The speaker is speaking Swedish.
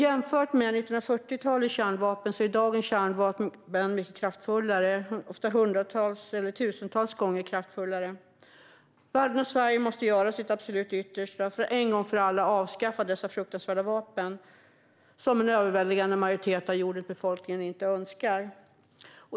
Jämfört med 1940-talets kärnvapen är dagens kärnvapen mycket kraftfullare, ofta hundratals eller tusentals gånger kraftfullare. Världen och Sverige måste göra sitt absolut yttersta för att en gång för alla avskaffa dessa fruktansvärda vapen som en överväldigande majoritet av jordens befolkning inte önskar.